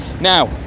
Now